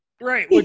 Right